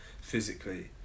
physically